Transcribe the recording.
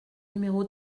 numéro